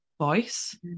voice